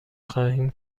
خواهیم